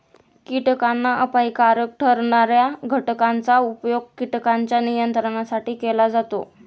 कीटकांना अपायकारक ठरणार्या घटकांचा उपयोग कीटकांच्या नियंत्रणासाठी केला जातो